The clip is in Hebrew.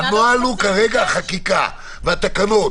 הנוהל הוא כרגע חקיקה והתקנות,